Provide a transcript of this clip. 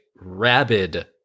rabid